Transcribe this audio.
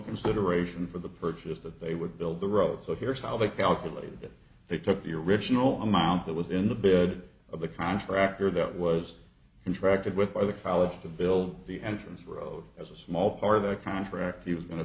consideration for the purchase that they would build the road so here's how they calculated if they took the original amount that was in the bed of the contractor that was contracted with by the fall it's to build the entrance road as a small part of the contract he was going to